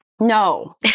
No